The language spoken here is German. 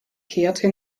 kehrte